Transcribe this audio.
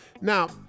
Now